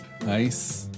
Nice